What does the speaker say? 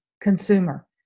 consumer